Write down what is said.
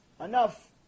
enough